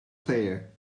player